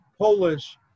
Polish